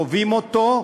חווים אותו,